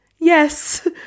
Yes